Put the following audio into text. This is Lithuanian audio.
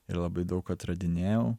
ir labai daug atradinėjau